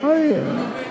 לא שמעת אותם.